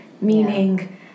Meaning